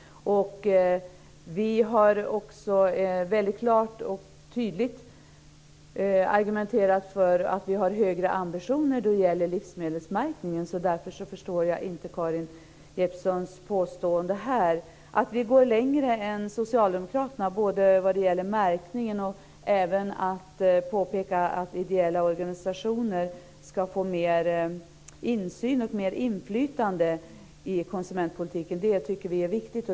Vi har också klart och tydligt argumenterat för högre ambitioner när det gäller livsmedelsmärkningen. Därför förstår jag inte Karin Jeppssons påstående i det avseendet. Att vi går längre än Socialdemokraterna både vad det gäller märkningen och även när det gäller att ideella organisationer ska få mer insyn och inflytande i konsumentpolitiken tycker vi är viktigt.